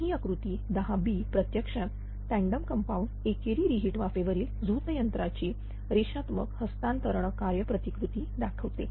आणि ही आकृती 10b प्रत्यक्षात टँडम कंपाऊंड एकेरी रि हीट वाफेवरील झोत यंत्राची रेषात्मक हस्तांतरण कार्य प्रतिकृती दाखवते